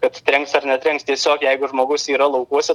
kad trenks ar netrenks tiesiog jeigu žmogus yra laukuose